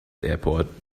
airport